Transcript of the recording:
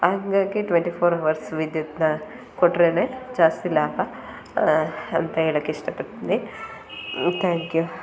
ಹಂಗಾಗಿ twenty four hours ವಿದ್ಯುತ್ತನ್ನ ಕೊಟ್ರೇ ಜಾಸ್ತಿ ಲಾಭ ಅಂತ ಹೇಳಕ್ ಇಷ್ಟಪಡ್ತೀನಿ ತ್ಯಾಂಕ್ ಯು